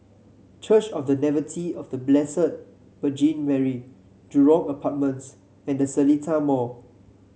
Church of The Nativity of The Blessed Virgin Mary Jurong Apartments and The Seletar Mall